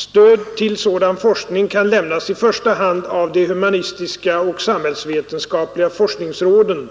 Stöd till sådan forskning kan lämnas i första hand av de humanistiska och samhällsvetenskapliga forskningsråden